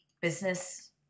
business